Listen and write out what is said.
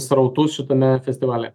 srautus šitame festivalyje